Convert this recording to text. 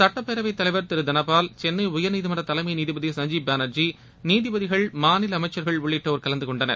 சுட்பப்பேரவைத் தலைவர் திரு தனபால் சென்ளை உயர்நீதிமன்ற தலைமை நீதிபதி சஞ்சீப் பாளர்ஜி நீதிபதிகள் மாநில அமைச்சர்கள் உள்ளிட்டோர் கலந்துகொண்டனர்